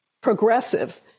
progressive